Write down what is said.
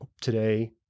today